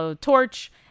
Torch